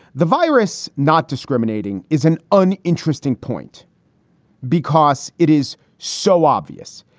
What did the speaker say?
the virus not discriminating is an uninteresting point because it is so obvious,